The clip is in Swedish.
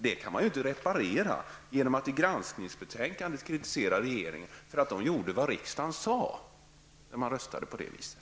Detta kan inte repareras genom att man i granskningsbetänkandet kritiserar regeringen för att den gjorde vad riksdagen uttalade när det röstades på det viset.